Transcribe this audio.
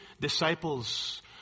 disciples